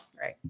Right